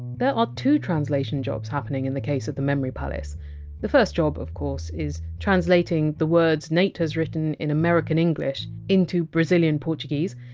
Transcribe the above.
there are two translation jobs happening in the case of the memory palace the first job of course is translating the words nate had written in american english into brazilian portuguese,